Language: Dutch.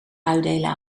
uitdelen